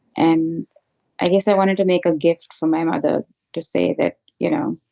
and i guess i wanted to make a gift for my mother to say that, you know,